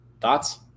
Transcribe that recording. Thoughts